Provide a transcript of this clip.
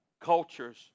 cultures